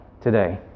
today